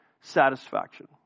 satisfaction